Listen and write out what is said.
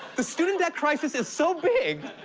the student debt crisis is so big,